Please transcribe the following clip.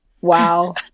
Wow